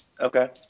Okay